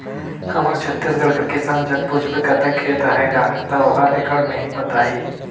हमर छत्तीसगढ़ कर किसान जग पूछबे कतेक खेत अहे गा, ता ओहर एकड़ में ही बताही